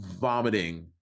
vomiting